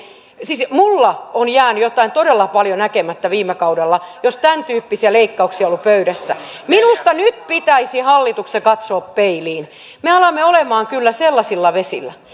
siis minulta on jäänyt jotain todella paljon näkemättä viime kaudella jos tämäntyyppisiä leikkauksia on ollut pöydässä minusta nyt pitäisi hallituksen katsoa peiliin me alamme olemaan kyllä sellaisilla vesillä